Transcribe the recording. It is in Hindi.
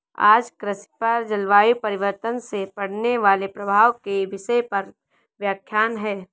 आज कृषि पर जलवायु परिवर्तन से पड़ने वाले प्रभाव के विषय पर व्याख्यान है